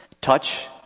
Touch